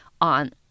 on